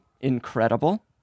Incredible